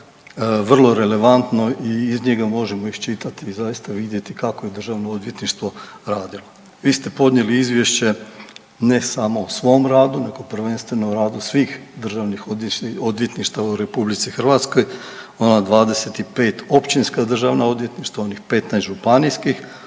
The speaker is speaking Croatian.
vrlo relevantno i iz njega može iščitati i zaista vidjeti kako je državno odvjetništvo radilo. Vi ste podnijeli izvješće ne samo o svom radu nego prvenstveno o radu svih državnih odvjetništava u RH ona 25 općinska državna odvjetništva, onih 15 županijskih,